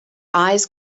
eyes